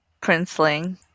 Princeling